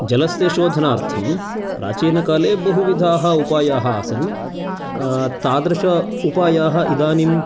जलस्य शोधनार्थं प्राचीनकाले बहुविधाः उपायाः आसन् तादृशाः उपायाः इदानीम्